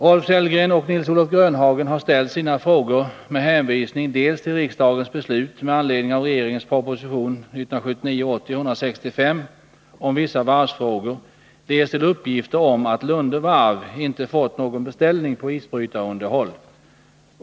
Rolf Sellgren och Nils-Olof Grönhagen har ställt sina frågor med hänvisning dels till riksdagens beslut med anledning av regeringens proposition om vissa varvsfrågor, dels till uppgifter om att Lunde Varv inte fått någon beställning på isbrytarunderhåll.